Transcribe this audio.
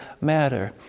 matter